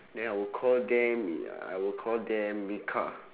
then I will call them wait ah I will call them mika